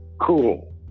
Cool